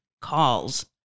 calls